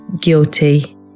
guilty